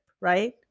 right